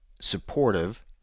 supportive